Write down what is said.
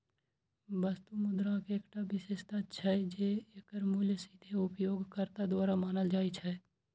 वस्तु मुद्राक एकटा विशेषता छै, जे एकर मूल्य सीधे उपयोगकर्ता द्वारा मानल जाइ छै